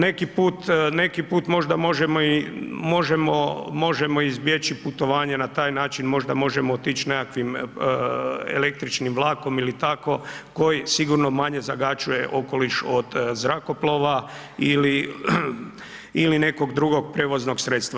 Neki put, neki put možda možemo i možemo, možemo izbjeći putovanje na taj način, možda možemo otići nekakvim električnim vlakom ili tako, koji sigurno manje zagađuje okoliš od zrakoplova ili nekog drugog prijevoznog sredstva.